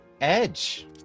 Edge